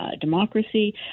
democracy